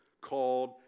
called